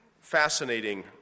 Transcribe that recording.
fascinating